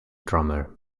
drummer